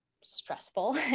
stressful